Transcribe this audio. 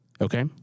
Okay